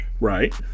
Right